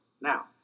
Now